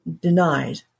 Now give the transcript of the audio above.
denied